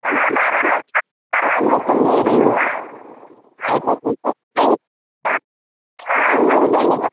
कहाँ बारह लाख कहाँ सत्रह लाख में तुम ले रहे हो हाँ ऐसे तो नहीं नहीं देंगे तो